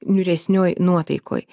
niūresnioj nuotaikoj